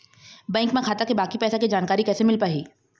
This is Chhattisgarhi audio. बैंक म खाता के बाकी पैसा के जानकारी कैसे मिल पाही?